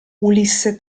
ulisse